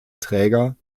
träger